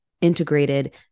integrated